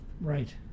Right